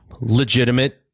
legitimate